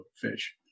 fish